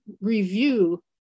review